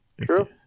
True